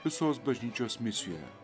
visos bažnyčios misijoje